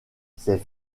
ses